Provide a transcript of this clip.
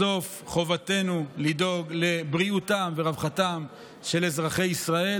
בסוף חובתנו לדאוג לבריאותם ולרווחתם של אזרחי ישראל,